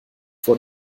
vor